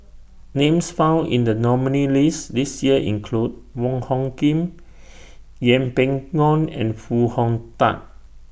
Names found in The nominees' list This Year include Wong Hung Khim Yeng Pway Ngon and Foo Hong Tatt